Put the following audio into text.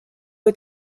aux